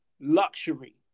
luxury